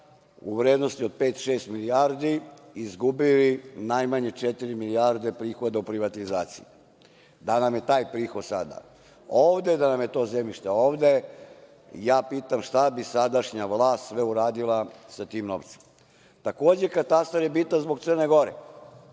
u vrednosti od pet-šest milijardi izgubili najmanje četiri milijarde prihoda u privatizaciji. Da nam je taj prihod sada ovde, da nam je to zemljište ovde, ja pitam šta bi sadašnja vlast sve uradila sa tim novcem? Katastar je bitan zbog Crne Gore.